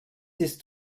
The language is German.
ist